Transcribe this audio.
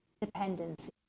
Dependency